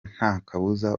ntakabuza